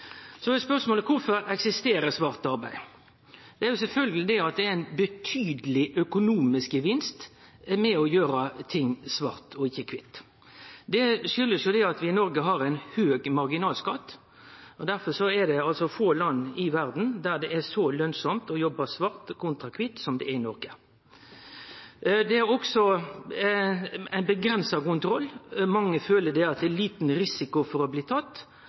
Så er spørsmålet: Kvifor eksisterer svart arbeid? Det er sjølvsagt fordi det gir ein monaleg økonomisk gevinst. Det er med på å gjere at ting blir gjorde svart og ikkje kvitt. Det kjem av at vi i Noreg har ein høg marginalskatt, og derfor er det få land i verda der det er så lønsamt å jobbe svart kontra kvitt, som det er i Noreg. Det er også ein avgrensa kontroll. Mange føler at det er liten risiko for å bli tatt,